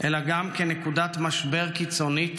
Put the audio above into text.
אלא גם כנקודת משבר קיצונית